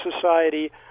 society